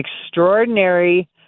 extraordinary